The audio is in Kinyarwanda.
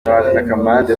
camarade